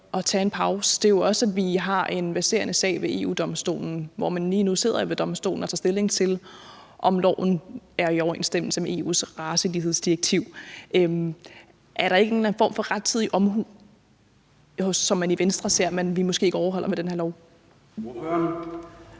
og tage en pause, er, at vi har en verserende sag ved EU-Domstolen, hvor man lige nu sidder i Domstolen og tager stilling til, om loven er i overensstemmelse med EU's racelighedsdirektiv. Er der ikke en form for rettidig omhu, som man i Venstre ser vi måske ikke overholder med den her lov?